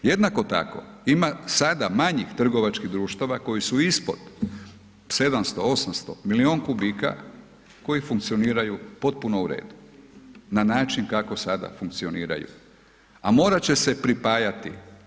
Jednako tako, ima sada manjih trgovačkih društava koji su ispod 700, 800, milijun kubika koji funkcioniraju potpuno u redu na način kako sada funkcioniraju, a morat će se pripajati.